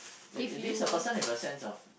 it it leads a person with a sense of